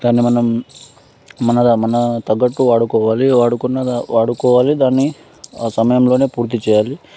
దాన్ని మనం మన మనకు తగ్గట్టు వాడుకోవాలి వాడుకున్న వాడుకోవాలి దాన్ని ఆ సమయంలోనే పూర్తి చేయాలి